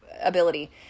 ability